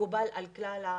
מקובל על כלל האנשים,